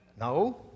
No